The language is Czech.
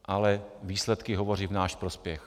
Ale výsledky hovoří v náš prospěch.